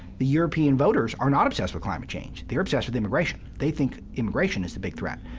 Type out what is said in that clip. the european voters are not obsessed with climate change they're obsessed with immigration. they think immigration is the big threat.